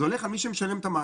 זה הולך על מי שמשלם את המים.